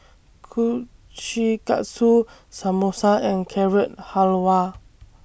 Kushikatsu Samosa and Carrot Halwa